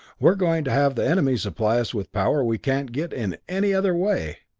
we're going to have the enemy supply us with power we can't get in any other way.